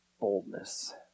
boldness